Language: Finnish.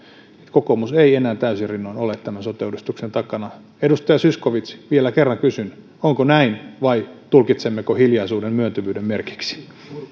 kokoomus ei enää täysin rinnoin ole tämän sote uudistuksen takana edustaja zyskowicz vielä kerran kysyn onko näin vai tulkitsemmeko hiljaisuuden myöntyvyyden merkiksi